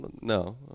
No